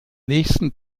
nächsten